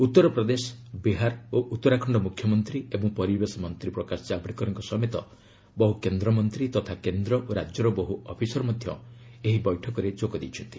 ଉତ୍ତର ପ୍ରଦେଶ ବିହାର ଓ ଉତ୍ତରାଖଣ୍ଡ ମୁଖ୍ୟମନ୍ତ୍ରୀ ଏବଂ ପରିବେଶ ମନ୍ତ୍ରୀ ପ୍ରକାଶ ଜାଭେଡ୍କରଙ୍କ ସମେତ ବହୁ କେନ୍ଦ୍ରମନ୍ତ୍ରୀ ତଥା କେନ୍ଦ୍ର ଓ ରାଜ୍ୟର ବହୁ ଅଫିସର ମଧ୍ୟ ଏହି ବୈଠକରେ ଯୋଗଦେଇଛନ୍ତି